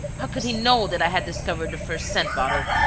how could he know that i had discovered the first scent-bottle.